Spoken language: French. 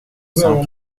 cent